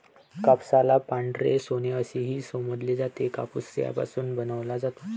कापसाला पांढरे सोने असेही संबोधले जाते, कापूस यापासून बनवला जातो